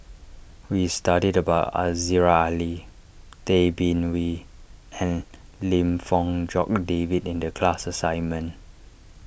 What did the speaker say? we studied about Aziza Ali Tay Bin Wee and Lim Fong Jock David in the class assignment